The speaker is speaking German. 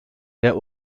der